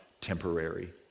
temporary